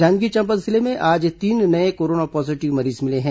जांजगीर चांपा जिले में आज तीन नये कोरोना पॉजीटिव मरीज मिले हैं